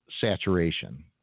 saturation